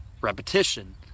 repetition